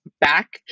back